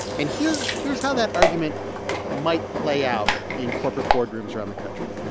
and here's here's how that argument might play out in corporate boardrooms around the country